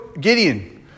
Gideon